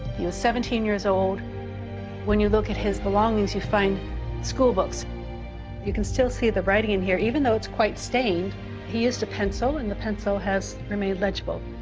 you're seventeen years old when you look at his belongings you find schoolbooks you can still see the writing in here even though it's quite stained he is the pencil and the pencil has for me illegible